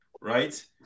right